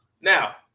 Now